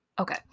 Okay